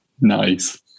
Nice